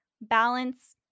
balance